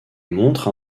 montre